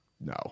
no